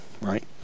right